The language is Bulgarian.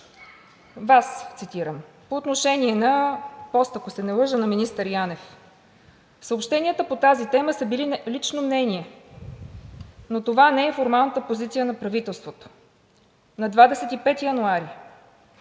Вас цитирам, по отношение на поста, ако се не лъжа, на министър Янев – съобщенията по тази тема са били лично мнение, но това не е формалната позиция на правителството: На 25 януари: